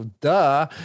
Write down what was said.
duh